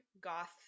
goth